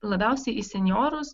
labiausiai į senjorus